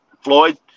Floyd